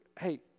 hey